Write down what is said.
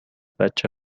بچه